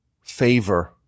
favor